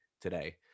today